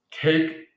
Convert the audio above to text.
take